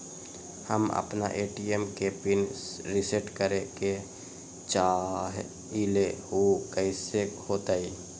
हम अपना ए.टी.एम के पिन रिसेट करे के चाहईले उ कईसे होतई?